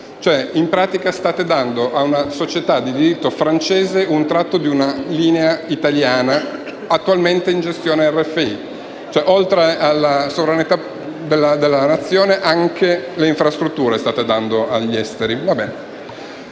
In pratica, state dando a una società di diritto francese una tratto di una linea italiana, attualmente in gestione a RFI: oltre alla sovranità della nazione, anche le infrastrutture state dando agli esteri.